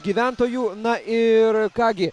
gyventojų na ir ką gi